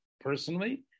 personally